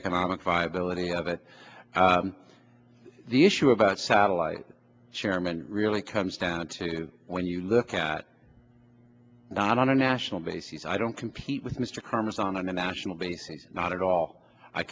economic viability of it the issue of a satellite chairman really comes down to when you look at not on a national basis i don't compete with mr karmas on a national basis not at all i